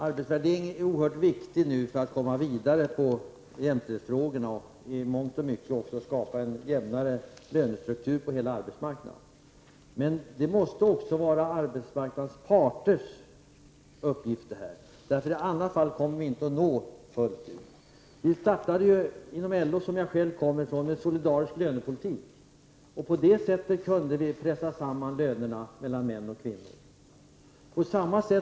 Arbetsvärderingen är oerhört viktig för att vi skall komma vidare med jämställdhetsfrågorna och för att skapa en jämnare lönestruktur på arbetsmarknaden, men den måste också vara en uppgift för arbetsmarknadens parter. I annat fall kommer vi inte att nå ända fram. Vi har från LO, som jag själv kommer från, startat en solidarisk lönepolitik, och på det sättet har vi kunnat närma mäns och kvinnors löner till varandra.